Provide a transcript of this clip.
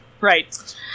Right